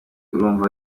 urumva